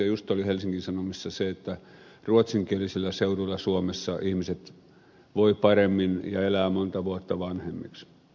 juuri oli helsingin sanomissa se että ruotsinkielisillä seuduilla suomessa ihmiset voivat paremmin ja elävät monta vuotta vanhemmiksi